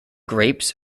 grapes